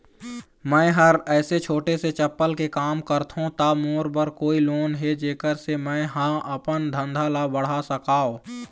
मैं हर ऐसे छोटे से चप्पल के काम करथों ता मोर बर कोई लोन हे जेकर से मैं हा अपन धंधा ला बढ़ा सकाओ?